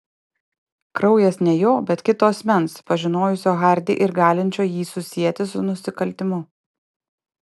kraujas ne jo bet kito asmens pažinojusio hardį ir galinčio jį susieti su nusikaltimu